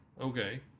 Okay